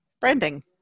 branding